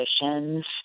conditions